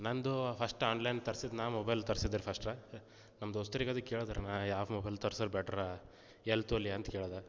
ನಂದು first online ತರಿಸಿದೆನಾ mobile ತರಿಸಿದ್ದೆ ರೀ ಫಸ್ಟ ನಮ್ಮ ದೋಸ್ತರಿಗೆ ಅದು ಕೇಳ್ದೆ ರಿ ನಾ ಯಾ ಮೊಬೈಲ್ ತರ್ಸೋದು ಬೆಟ್ರ ಎಲ್ಲಿ ತೋಲಿ ಅಂತ ಕೇಳಿದೆ